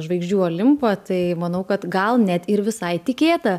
žvaigždžių olimpą tai manau kad gal net ir visai tikėta